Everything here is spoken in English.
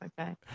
okay